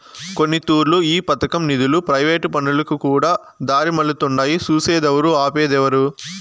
కొన్నితూర్లు ఈ పదకం నిదులు ప్రైవేటు పనులకుకూడా దారిమల్లతుండాయి సూసేదేవరు, ఆపేదేవరు